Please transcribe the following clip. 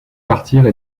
partirent